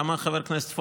כמה, חבר הכנסת פורר?